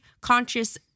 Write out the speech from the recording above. conscious